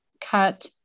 cut